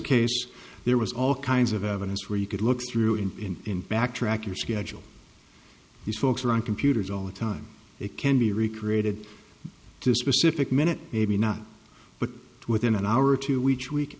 case there was all kinds of evidence where you could look through in back track your schedule these folks are on computers all the time it can be recreated to specific minute maybe not but within an hour or two which we